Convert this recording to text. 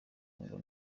kongo